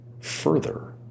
further